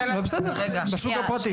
נו, בסדר, בשוק הפרטי.